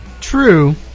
True